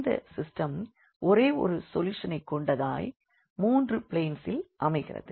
இந்த சிஸ்டம் ஒரே ஒரு சொல்யூஷனைக் கொண்டதாய் மூன்று பிளேன்ஸ் ல் அமைகிறது